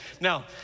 Now